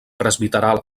presbiteral